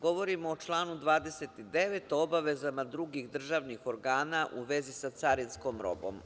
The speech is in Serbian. Govorim o članu 29, o obavezama drugih državnih organa u vezi sa carinskom robom.